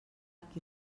qui